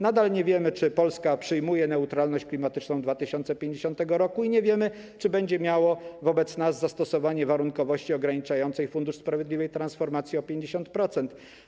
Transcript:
Nadal nie wiemy, czy Polska przyjmie neutralność klimatyczną w 2050 r. i nie wiemy, czy będzie miało wobec nas zastosowanie warunkowości ograniczającej Fundusz Sprawiedliwej Transformacji o 50%.